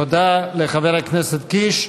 תודה לחבר הכנסת קיש.